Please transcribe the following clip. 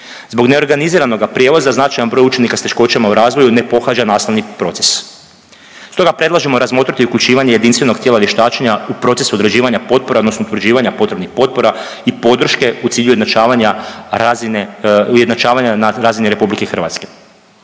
Zbog neorganiziranoga prijevoza, značajan broj učenika s teškoćama u razvoju ne pohađa nastavni proces. Stoga predlažemo razmotriti uključivanje jedinstvenog tijela vještačenja u proces određivanja potpora odnosno utvrđivanja potrebnih potpora i podrške u cilju ujednačavanja razine, ujednačavanja